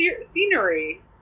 scenery